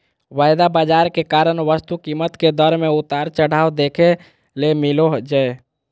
वायदा बाजार के कारण वस्तु कीमत के दर मे उतार चढ़ाव देखे ले मिलो जय